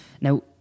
Now